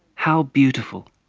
how beautiful!